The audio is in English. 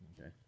Okay